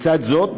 לצד זאת,